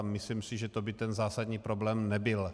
Myslím si, že to by ten zásadní problém nebyl.